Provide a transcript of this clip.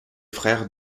frères